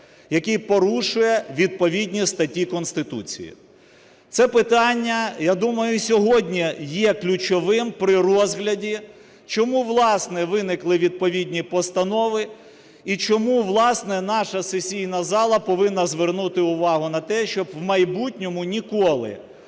який порушує відповідні статті Конституції. Це питання, я думаю, сьогодні є ключовим при розгляді. Чому, власне, виникли відповідні постанови і чому, власне, наша сесійна зала повинна звернути увагу на те, щоб в майбутньому ніколи